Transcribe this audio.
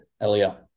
Elio